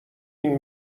این